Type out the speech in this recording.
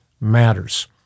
matters